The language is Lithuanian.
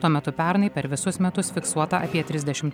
tuo metu pernai per visus metus fiksuota apie trisdešimt